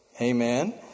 amen